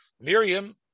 Miriam